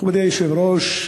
מכובדי היושב-ראש,